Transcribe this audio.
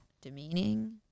demeaning